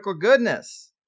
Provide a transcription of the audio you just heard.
goodness